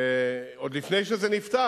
עוד לפני שזה נפתח,